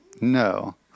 No